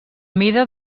mida